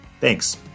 Thanks